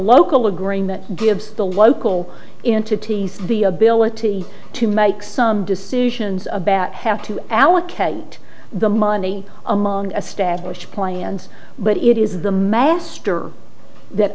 local agreeing that gives the local in to tease the ability to make some decisions about have to allocate the money among established plans but it is the master that